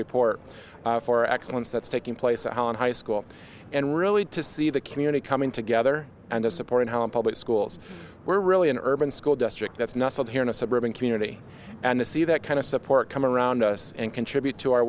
report for excellence that's taking place at home in high school and really to see the community coming together and the support and how in public schools we're really an urban school district that's nestled here in a suburban community and to see that kind of support come around us and contribute to our